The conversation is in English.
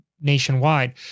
nationwide